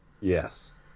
Yes